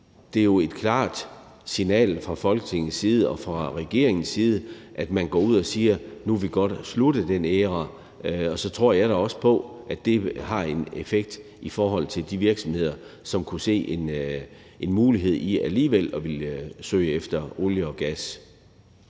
det er jo et klart signal fra Folketingets side og fra regeringens side, at man går ud og siger, at man nu godt vil slutte den æra. Og så tror jeg da også på, at det har en effekt i forhold til de virksomheder, som kunne se en mulighed i alligevel at ville søge efter olie og gas.